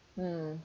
mm